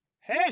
Hey